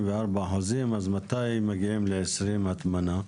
מתי נגיע ל-20% הטמנה?